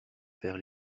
faire